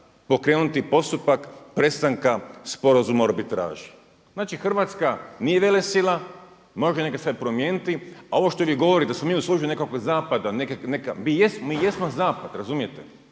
pokrenuti postupak prestanka sporazuma o arbitraži. Znači Hrvatska nije velesila, može neke stvari promijeniti a ovo što vi govorite da smo mi u službi zapada, mi jesmo zapad razumijete,